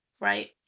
right